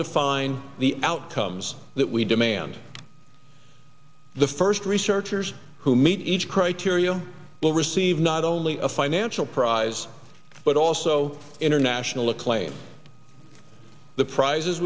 define the outcomes that we demand the first researchers who meet each criteria will receive not only a financial prize but also international acclaim the prizes